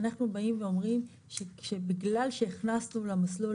אנחנו באים ואומרים שבגלל שהכנסנו למסלול